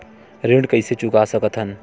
ऋण कइसे चुका सकत हन?